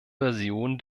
version